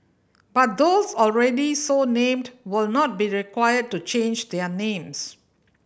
but those already so named will not be required to change their names